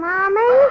Mommy